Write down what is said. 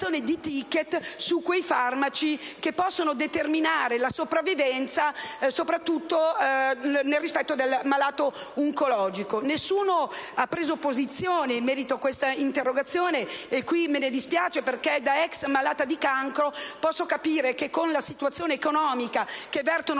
Nessuno ha preso posizione in merito a questa interrogazione. Me ne dispiaccio perché, da ex malata di cancro, posso capire che, con la situazione economica che vivono